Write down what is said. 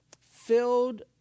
filled